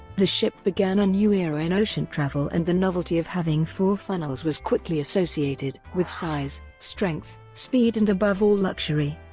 the ship began a new era in ocean travel and the novelty of having four funnels was quickly associated with size, strength, speed and above all luxury.